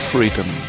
Freedom